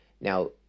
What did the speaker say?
Now